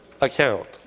account